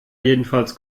jedenfalls